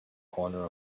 corner